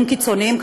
קיצוניים,